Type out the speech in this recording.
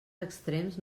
extrems